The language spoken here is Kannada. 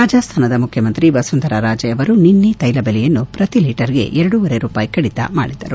ರಾಜಸ್ಥಾನದ ಮುಖ್ಯಮಂತ್ರಿ ವಸುಂಧರಾ ರಾಜೇ ಅವರು ನಿನ್ನೆ ತೈಲ ಬೆಲೆಯನ್ನು ಪ್ರತಿ ಲೀಟರಿಗೆ ಎರಡೂವರೆ ರೂಪಾಯಿ ಕಡಿತ ಮಾಡಿದ್ದರು